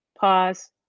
Pause